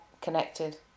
connected